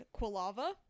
Quilava